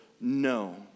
No